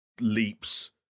leaps